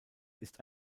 ist